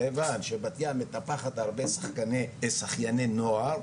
כיוןו שבת-ים מטפחת הרבה שחייני נוער,